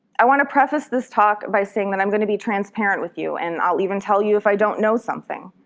want to preface this talk by saying that i'm going to be transparent with you and i'll even tell you if i don't know something.